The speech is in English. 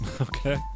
Okay